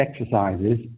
exercises